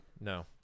No